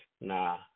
Nah